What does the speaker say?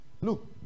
Look